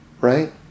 Right